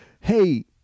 Hey